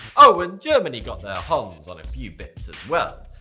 oh and germany got their hans on a few bits as well.